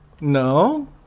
No